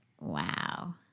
Wow